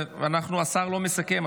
השר לא מסכם,